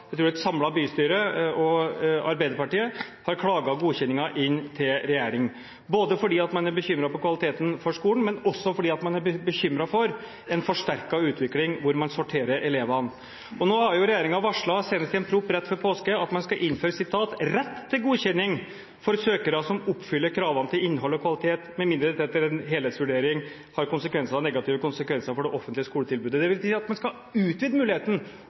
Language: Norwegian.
et samlet bystyre, tror jeg, inkludert Arbeiderpartiet, har klaget godkjenningen inn til regjering, både fordi man er bekymret for kvaliteten på skolen, og fordi man er bekymret for en forsterket utvikling hvor man sorterer elevene. Nå har regjeringen varslet, senest i proposisjon rett før påske, at man skal innføre «rett til godkjenning for søkere som oppfyller kravene til innhold og kvalitet med mindre dette etter en helhetsvurdering har negative konsekvenser for det offentlige skoletilbudet». Det vil si at man skal utvide muligheten